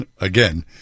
again